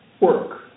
work